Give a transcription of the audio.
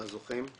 הזוכים.